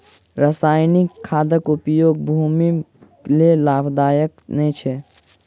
रासायनिक खादक उपयोग भूमिक लेल लाभदायक नै अछि